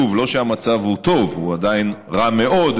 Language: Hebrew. שוב, לא שהמצב הוא טוב, הוא עדיין רע מאוד,